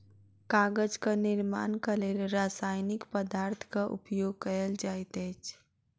कागजक निर्माणक लेल रासायनिक पदार्थक उपयोग कयल जाइत अछि